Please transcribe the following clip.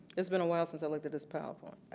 it's been a while since i looked at this powerpoint.